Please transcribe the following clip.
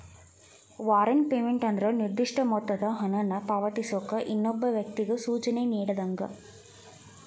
warrant payment ಅಂದ್ರ ನಿರ್ದಿಷ್ಟ ಮೊತ್ತದ ಹಣನ ಪಾವತಿಸೋಕ ಇನ್ನೊಬ್ಬ ವ್ಯಕ್ತಿಗಿ ಸೂಚನೆ ನೇಡಿದಂಗ